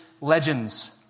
legends